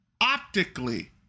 Optically